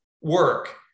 work